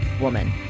Woman